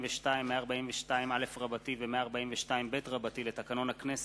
מאת חברי הכנסת דוד רותם ורוברט אילטוב וקבוצת חברי הכנסת,